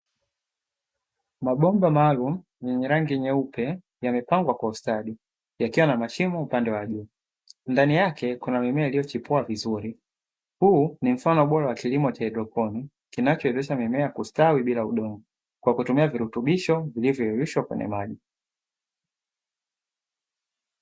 Mabomba maalumu yenye rangi nyeupe yamepangwa kwa ustadi, yakiwa na mashimo upande wa juu, ndani yake kuna mimea iliyochopua vizuri. Huu ni mfano bora wa kilimo cha haidroponi kinachowezesha mimea kustawi bila udongo, kwa kutumia virutubisho vilivyoyeyushwa kwenye maji.